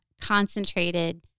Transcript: concentrated